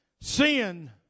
Sin